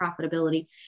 profitability